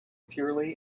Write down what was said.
purely